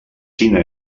quina